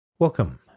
Welcome